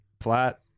Flat